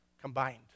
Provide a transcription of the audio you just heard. combined